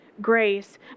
grace